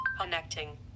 Connecting